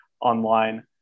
online